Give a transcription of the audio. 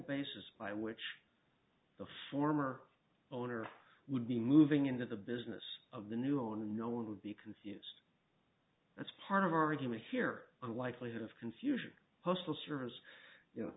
basis by which the former owner would be moving into the business of the new owner no one would be considered that's part of argument here a likelihood of confusion postal service you know